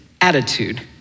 attitude